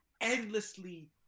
endlessly